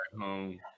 home